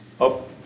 up